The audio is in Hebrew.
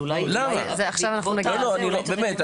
באמת,